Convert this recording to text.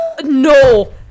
no